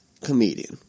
comedian